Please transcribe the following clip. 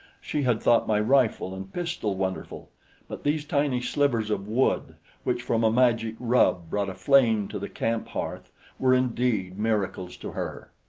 she had thought my rifle and pistol wonderful but these tiny slivers of wood which from a magic rub brought flame to the camp hearth were indeed miracles to her.